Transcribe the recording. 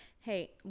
Hey